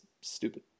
stupid